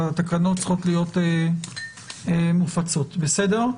התקנות צריכות להיות מופצות, בסדר?